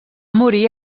morir